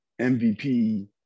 MVP